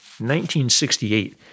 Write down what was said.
1968